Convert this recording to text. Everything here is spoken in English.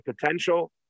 potential